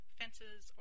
fences